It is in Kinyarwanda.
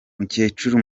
mukecuru